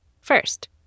First